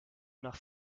nach